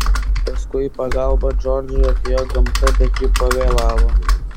paskui į pagalbą džordžui atėjo gamta bet ji pavėlavo